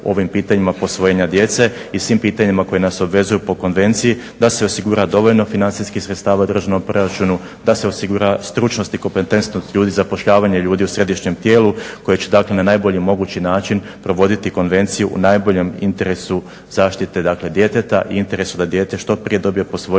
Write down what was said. konvenciji da se osigura dovoljno financijskih sredstava u državnom proračunu, da se osigura stručnost i kompetentnost ljudi i zapošljavanje ljudi u središnjem tijelu koji će na najbolji mogući način provoditi konvenciju u najboljem interesu zaštite djeteta i interesu da dijete što prije dobije posvojitelja